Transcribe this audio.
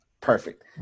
Perfect